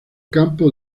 campo